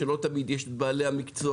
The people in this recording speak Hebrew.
כי לא תמיד יש את בעלי המקצוע.